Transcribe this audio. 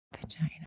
vagina